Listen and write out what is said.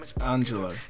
angelo